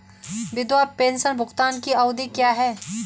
विधवा पेंशन भुगतान की अवधि क्या है?